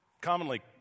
commonly